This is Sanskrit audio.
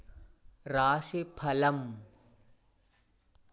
राशिफलम्